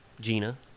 gina